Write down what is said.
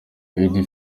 eddie